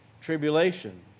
tribulation